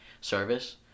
service